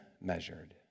measured